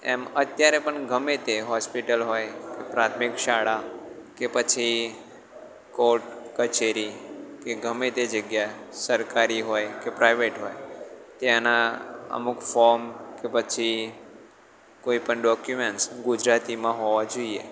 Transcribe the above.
એમ અત્યારે પણ ગમે તે હોસ્પિટલ હોય પ્રાથમિક શાળા કે પછી કોર્ટ કચેરી કે ગમે તે જગ્યા સરકારી હોય કે પ્રાઇવેટ હોય ત્યાંનાં અમુક ફોમ કે પછી કોઈપણ ડોક્યુમેન્ટ્સ ગુજરાતીમાં હોવા જોઈએ